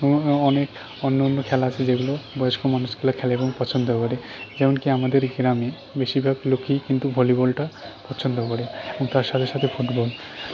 এবং অনেক অন্য অন্য খেলা আছে যেগুলো বয়স্ক মানুষগুলো খেলে এবং পছন্দ করে যেমন কি আমাদের গ্রামে বেশিরভাগ লোকই কিন্তু ভলিবলটা পছন্দ করে এবং তার সাথে সাথে ফুটবল